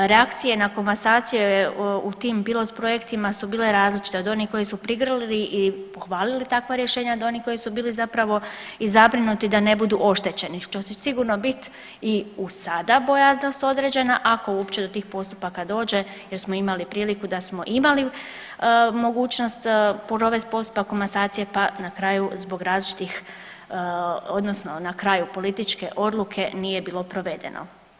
Reakcije na komasaciju je u tim pilot projektima su bile različite od onih koje su prigrlili i pohvalili takva rješenja da oni koji su bili zapravo i zabrinuti da ne budu oštećeni što će sigurno biti i sada bojaznost određena ako uopće do tih postupaka dođe jer smo imali priliku da smo imali mogućnost provest postupak komasacije, pa na kraju zbog različitih, odnosno na kraju političke odluke nije bilo provedeno.